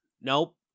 Nope